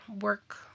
work